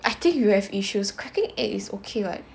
I think you have issues cracking egg is okay [what]